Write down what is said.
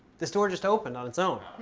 this door just opened on it's own.